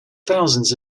thousands